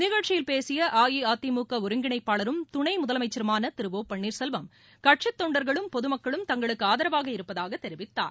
நிகழ்ச்சியில் பேசிய அஇஅதிமுக ஒருங்கிணைப்பாளரும் துணை முதலமைச்சருமான திரு ஒ பன்னீர்செல்வம் கட்சித் தொண்டர்களும் பொதுமக்களும் தங்களுக்கு ஆதரவாக இருப்பதாகத் தெரிவித்தார்